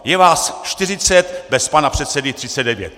Je vás 40, bez pana předsedy 39.